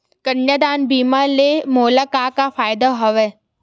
कन्यादान बीमा ले मोला का का फ़ायदा हवय?